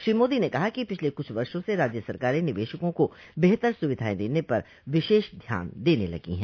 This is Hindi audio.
श्री मोदी ने कहा कि पिछले कुछ वर्षों से राज्य सरकारें निवेशकों को बेहतर सुविधाएं देने पर विशेष ध्यान देने लगी हैं